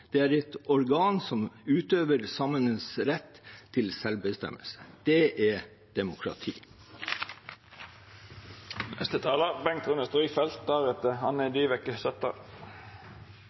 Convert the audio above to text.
Det er et organ som utøver samenes rett til selvbestemmelse. Det er